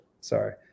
Sorry